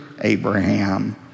Abraham